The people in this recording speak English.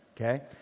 Okay